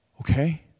okay